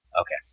Okay